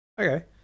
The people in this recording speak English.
Okay